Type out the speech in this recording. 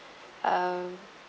um